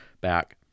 back